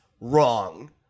wrong